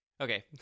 okay